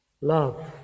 Love